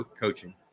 coaching